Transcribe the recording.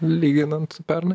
lyginant pernai